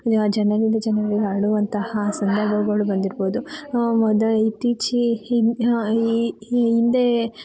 ಯಾ ಜನರಿಂದ ಜನರಿಗೆ ಹರಡುವಂತಹ ಸಂದರ್ಭಗಳು ಬಂದಿರ್ಬೋದು ಮೊದಲು ಇತ್ತೀಚಿಗೆ ಹಿ ಈ ಹಿಂದೆ